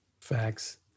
Facts